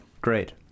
Great